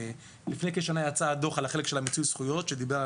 לפני כשנה יצא הדוח על החלק של מיצוי הזכויות שדיבר,